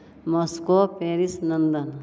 Moscow Paris London